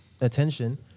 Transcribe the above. attention